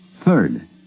Third